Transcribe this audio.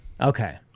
Okay